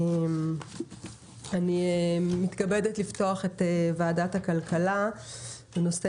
אני מתכבדת לפתוח את ועדת הכלכלה בנושא